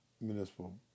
municipal